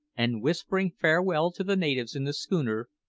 and whispering farewell to the natives in the schooner,